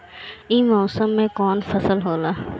ई मौसम में कवन फसल होला?